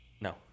No